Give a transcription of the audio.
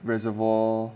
reservoir